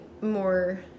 more